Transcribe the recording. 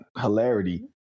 hilarity